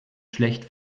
schlecht